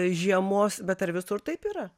žiemos bet ar visur taip yra